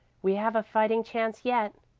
we have a fighting chance yet.